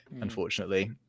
unfortunately